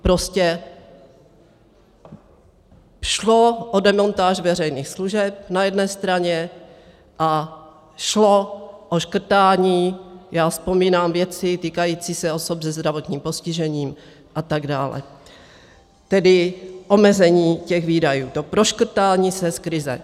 Prostě šlo o demontáž veřejných služeb na jedné straně a šlo o škrtání, vzpomínám věci týkající se osob se zdravotním postižením a tak dále, tedy omezení výdajů, to proškrtání se z krize.